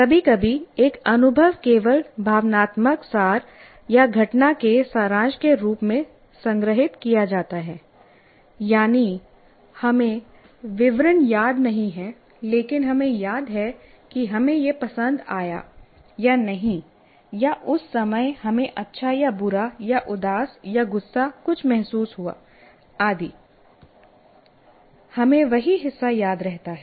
कभी कभी एक अनुभव केवल भावनात्मक सार या घटना के सारांश के रूप में संग्रहीत किया जाता है यानी हमें विवरण याद नहीं है लेकिन हमें याद है कि हमें यह पसंद आया या नहीं या उस समय हमें अच्छा या बुरा या उदास या गुस्सा कुछ महसूस हुआ आदि हमें वही हिस्सा याद रहता है